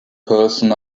person